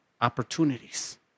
opportunities